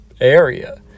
area